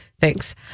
Thanks